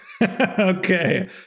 Okay